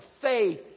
faith